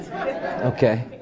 Okay